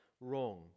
wrong